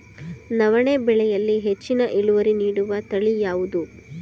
ನವಣೆ ಬೆಳೆಯಲ್ಲಿ ಹೆಚ್ಚಿನ ಇಳುವರಿ ನೀಡುವ ತಳಿ ಯಾವುದು?